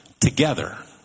together